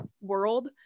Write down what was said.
world